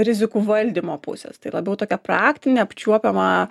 rizikų valdymo pusės tai labiau tokia praktinė apčiuopiama